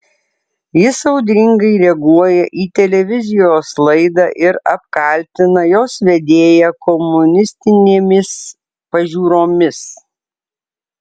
jis audringai reaguoja į televizijos laidą ir apkaltina jos vedėją komunistinėmis pažiūromis